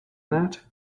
that